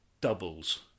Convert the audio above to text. doubles